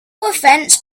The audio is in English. offense